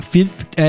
Fifth